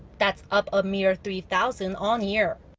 that's up a mere three-thousand on-year.